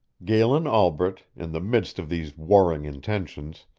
galen albret, in the midst of these warring intentions,